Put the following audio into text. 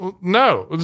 No